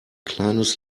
kleines